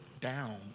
down